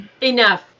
enough